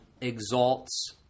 exalts